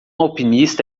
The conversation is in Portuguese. alpinista